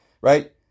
right